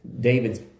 David's